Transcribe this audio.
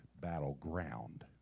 battleground